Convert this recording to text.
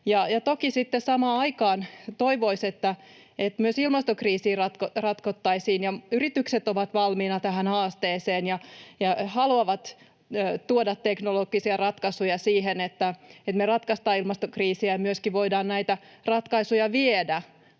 samaan aikaan toivoisi, että ratkottaisiin myös ilmastokriisiä. Yritykset ovat valmiina tähän haasteeseen ja haluavat tuoda teknologisia ratkaisuja siihen, että me ratkaistaan ilmastokriisiä ja myöskin voidaan näitä ratkaisuja viedä,